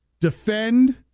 Defend